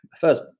first